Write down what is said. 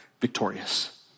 victorious